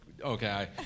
okay